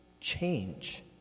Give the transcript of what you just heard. change